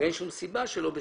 אין שום סיבה שלא יהיה,